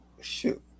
shoot